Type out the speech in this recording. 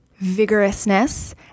vigorousness